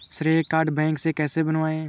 श्रेय card bank से कैसे बनवाएं?